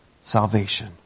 salvation